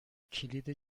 کلید